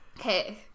Hey